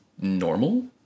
normal